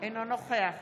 אינו נוכח